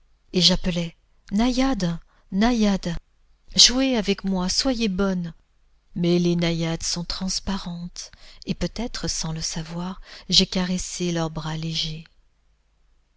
et j'appelais naïades naïades jouez avec moi soyez bonnes mais les naïades sont transparentes et peut-être sans le savoir j'ai caressé leurs bras légers